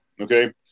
Okay